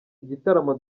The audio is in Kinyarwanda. igitaramo